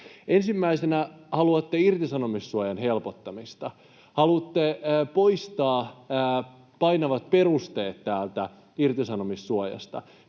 Ensimmäisenä haluatte irtisanomissuojan helpottamista. Haluatte poistaa painavat perusteet irtisanomissuojasta.